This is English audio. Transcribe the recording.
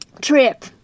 trip